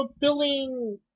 billing